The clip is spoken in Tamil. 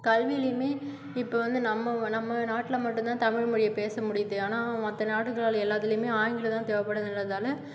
கல்விலேயுமே இப்போ வந்து நம்ம நம்ம நாட்டில் மட்டும்தான் தமிழ் மொழியை பேச முடியுது ஆனால் மற்ற நாடுகளில் எல்லாத்துலேயுமே ஆங்கிலம் தான் தேவைப்படுதுன்றதால்